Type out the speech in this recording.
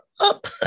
Up